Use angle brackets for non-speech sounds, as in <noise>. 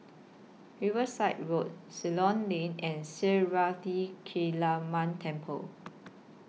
Riverside Road Ceylon Lane and Sri <unintelligible> Kaliamman Temple